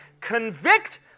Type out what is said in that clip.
Convict